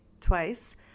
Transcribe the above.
twice